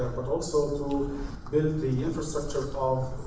but also to build the infrastructure of